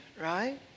right